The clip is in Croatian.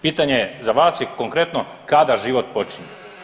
Pitanje je za vas i konkretno kada život počinje?